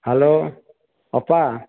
hello ଅପା